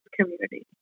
community